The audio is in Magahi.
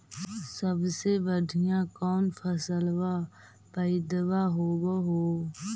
सबसे बढ़िया कौन फसलबा पइदबा होब हो?